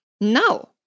no